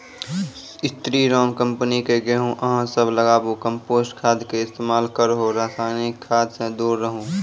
स्री Ram company के गेहूँ अहाँ सब लगाबु कम्पोस्ट खाद के इस्तेमाल करहो रासायनिक खाद से दूर रहूँ?